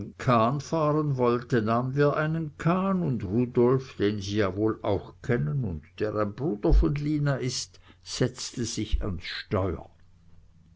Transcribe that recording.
kahn fahren wollte nahmen wir einen kahn und rudolf den sie ja wohl auch kennen und der ein bruder von lina ist setzte sich ans steuer